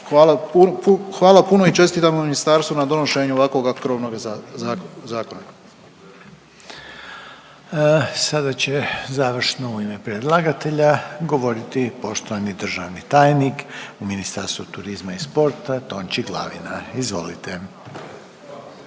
Hvala puno i čestitamo ministarstvu na donošenju ovakvoga krovnoga zakona. **Reiner, Željko (HDZ)** Sada će završno u ime predlagatelja govoriti poštovani državni tajnik u Ministarstvu turizma i sporta Tonči Glavina. Izvolite.